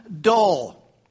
dull